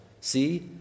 See